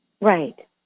Right